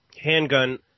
handgun